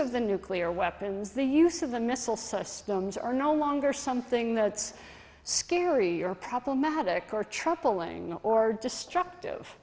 of the nuclear weapons the use of the missile systems are no longer something that's scary or problematic or troubling or destructive